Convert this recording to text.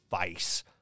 face